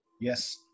yes